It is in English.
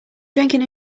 drinking